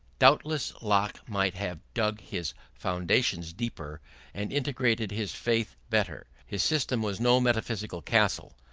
doubtless locke might have dug his foundations deeper and integrated his faith better. his system was no metaphysical castle,